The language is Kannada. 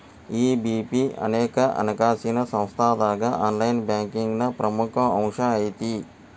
ಇ.ಬಿ.ಪಿ ಅನೇಕ ಹಣಕಾಸಿನ್ ಸಂಸ್ಥಾದಾಗ ಆನ್ಲೈನ್ ಬ್ಯಾಂಕಿಂಗ್ನ ಪ್ರಮುಖ ಅಂಶಾಐತಿ